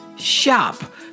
Shop